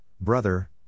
brother